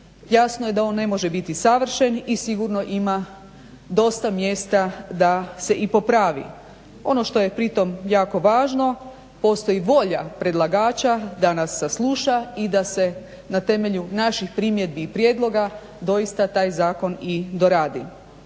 jasno je da on ne može biti savršen i sigurno ima dosta mjesta da se i popravi. Ono što je pri tom jako važno postoji volja predlagača da nas sasluša i da se na temelju naših primjedbi i prijedloga doista taj zakon i doradi.